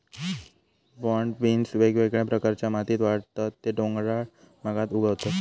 broad beans वेगवेगळ्या प्रकारच्या मातीत वाढतत ते डोंगराळ भागात उगवतत